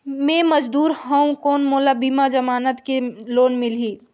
मे मजदूर हवं कौन मोला बिना जमानत के लोन मिलही?